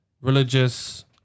religious